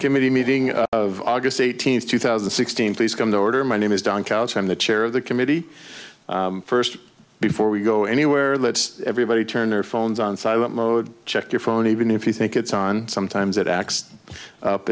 the meeting of august eighteenth two thousand and sixteen please come to order my name is don coutts i'm the chair of the committee first before we go anywhere let's everybody turn their phones on silent mode check your phone even if you think it's on sometimes it acts up